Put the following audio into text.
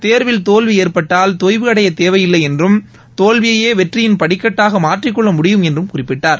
தேர்வில் தோல்வி ஏற்பட்டால் தொய்வு அடையத்தேவையில்லை என்றும் தோல்வியையே வெற்றியின் படிக்கட்டாக மாற்றிக்கொள்ள முடியும் என்றும் குறிப்பிட்டார்